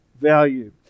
value